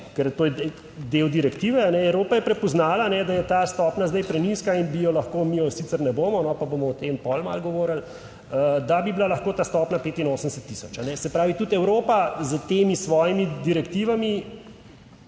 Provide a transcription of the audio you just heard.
ker to je del direktive, Evropa je prepoznala, da je ta stopnja zdaj prenizka in bi jo lahko - mi je sicer ne bomo, pa bomo o tem potem malo govorili -, da bi bila lahko ta stopnja 85000. Se pravi, tudi Evropa s temi svojimi direktivami